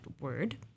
word